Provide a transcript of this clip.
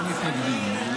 אני מסכימה.